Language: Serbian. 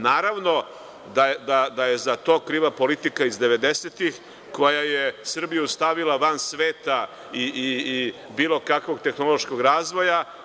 Naravno da je za to kriva politika iz 90-tih, koja je Srbiju stavila van sveta i bilo kakvog tehnološkog razvoja.